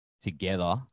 together